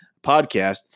podcast